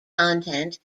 content